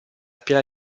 piana